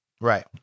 right